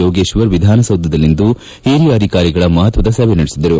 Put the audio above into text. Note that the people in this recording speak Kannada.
ಯೋಗೇಶ್ವರ್ ವಿಧಾನಸೌಧದಲ್ಲಿಂದು ಒರಿಯ ಅಧಿಕಾರಿಗಳ ಮಹತ್ವದ ಸಭೆ ನಡೆಸಿದರು